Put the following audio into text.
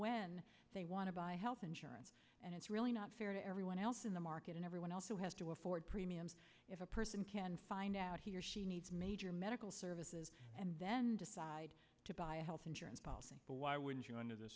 when they want to buy health insurance and it's really not fair to everyone else in the market and everyone else who has to afford premiums if a person can find out he or she needs major medical services and then decide to buy health insurance policy why would you under the